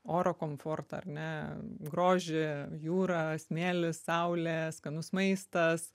oro komfortą ar ne grožį jūra smėlis saulė skanus maistas